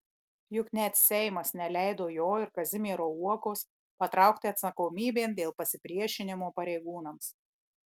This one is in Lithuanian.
juk net seimas neleido jo ir kazimiero uokos patraukti atsakomybėn dėl pasipriešinimo pareigūnams